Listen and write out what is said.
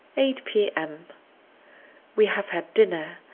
eight p m we have had dinner,